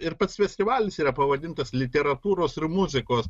ir pats festivalis yra pavadintas literatūros ir muzikos